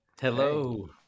Hello